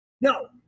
No